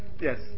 Yes